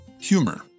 humor